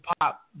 pop